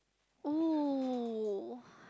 oh